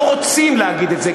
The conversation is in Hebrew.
לא רוצים להגיד את זה,